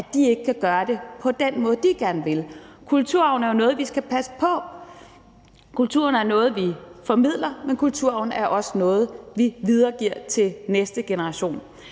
at de ikke kan gøre det på den måde, de gerne vil. Kulturarven er jo noget, vi skal passe på. Kulturarven er noget, vi formidler, men kulturarven er også noget, vi videregiver til næste generation.